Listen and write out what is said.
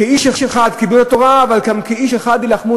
כאיש אחד קיבלו את התורה וכאיש אחד יילחמו